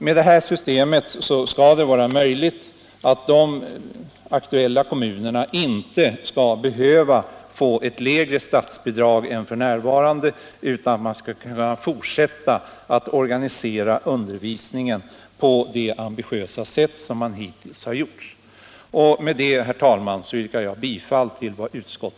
Med det här systemet skall de aktuella kommunerna inte behöva få ett lägre statsbidrag än f. n., utan man skall kunna fortsätta att organisera undervisningen på det ambitiösa sätt som man hittills har gjort.